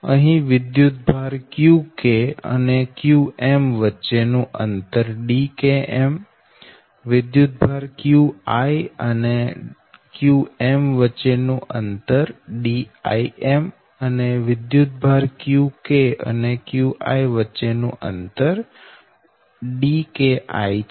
અહી વિદ્યુતભાર qk અને qm વચ્ચે નું અંતર Dkm વિદ્યુતભાર qi અને qm વચ્ચે નું અંતર Dim અને વિદ્યુતભાર qk અને qi વચ્ચે નું અંતર Dki છે